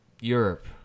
Europe